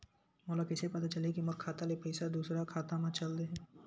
मोला कइसे पता चलही कि मोर खाता ले पईसा दूसरा खाता मा चल देहे?